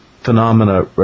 phenomena